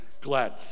glad